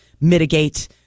mitigate